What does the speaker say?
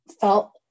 felt